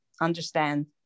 understand